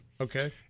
Okay